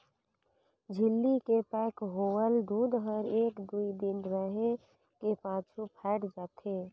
झिल्ली के पैक होवल दूद हर एक दुइ दिन रहें के पाछू फ़ायट जाथे